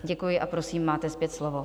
Děkuji a prosím, máte zpět slovo.